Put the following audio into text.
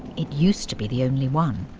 it used to be the only one.